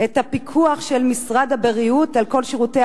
את הפיקוח של משרד הבריאות על כל שירותי